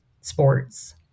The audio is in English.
sports